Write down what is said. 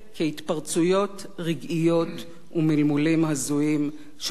רגעיות ומלמולים הזויים שלא יתממשו לעולם.